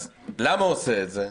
אז למה הוא עושה את זה?